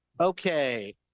Okay